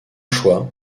choix